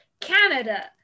Canada